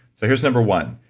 so here's number one,